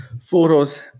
Photos